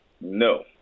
No